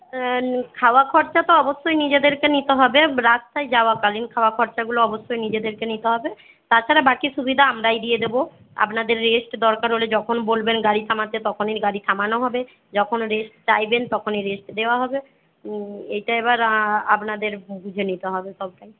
খাওয়া খরচা তো অবশ্যই নিজেদেরকে নিতে হবে রাস্তায় যাওয়াকালীন খাওয়া খরচাগুলো অবশ্যই নিজেদেরকে নিতে হবে তাছাড়া বাকি সুবিধা আমরাই দিয়ে দেবো আপনাদের রেস্ট দরকার হলে যখন বলবেন গাড়ি থামাতে তখনই গাড়ি থামানো হবে যখন রেস্ট চাইবেন তখনই রেস্ট দেওয়া হবে এইটা এবার আপনাদের বুঝে নিতে হবে সবটাই